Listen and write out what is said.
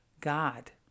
God